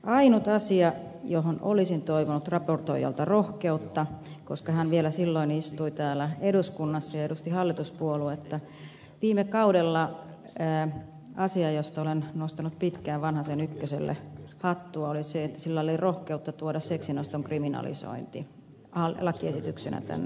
ainut asia johon olisin toivonut raportoijalta rohkeutta koska hän vielä silloin istui täällä eduskunnassa ja edusti hallituspuoluetta viime kaudella asia josta olen nostanut pitkään vanhasen ykköselle hattua oli se että sillä oli rohkeutta tuoda seksinoston kriminalisointi lakiesityksenä tänne eduskuntaan